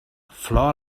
flor